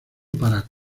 para